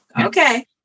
okay